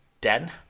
Den